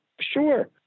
sure